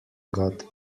got